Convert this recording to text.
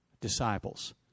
disciples